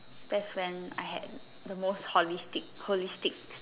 that's when I had the most holistic holistic